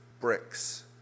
Bricks